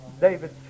David